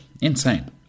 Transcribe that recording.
insane